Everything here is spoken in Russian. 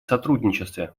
сотрудничестве